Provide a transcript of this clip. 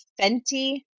Fenty